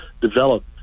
develop